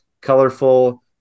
colorful